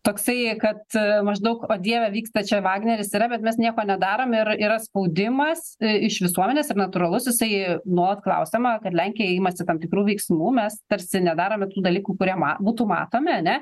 toksai kad maždaug o dieve vyksta čia vagneris yra bet mes nieko nedarom ir yra spaudimas iš visuomenės ir natūralus jisai nuolat klausiama kad lenkija imasi tam tikrų veiksmų mes tarsi nedarome dalykų kurie ma būtų matomi ar ne